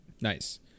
nice